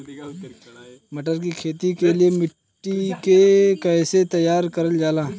मटर की खेती के लिए मिट्टी के कैसे तैयार करल जाला?